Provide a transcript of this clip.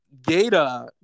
data